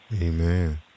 Amen